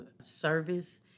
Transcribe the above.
service